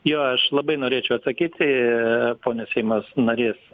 jo aš labai norėčiau atsakyti ponios seimo narės